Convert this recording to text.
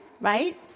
right